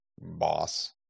boss